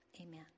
amen